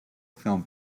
film